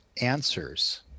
answers